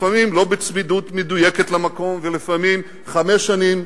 לפעמים לא בצמידות מדויקת למקום ולפעמים חמש שנים,